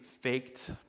faked